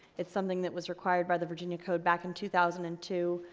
it's something that was required by the virginia code back in two thousand and two.